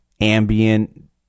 ambient